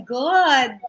good